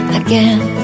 again